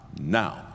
now